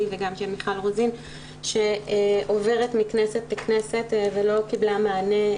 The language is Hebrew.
וגם מיכל רוזין שעוברת מכנסת לכנסת ולא קיבלה מענה,